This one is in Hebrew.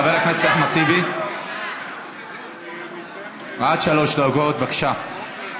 חבר הכנסת אחמד טיבי, עד שלוש דקות, בבקשה.